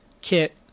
Kit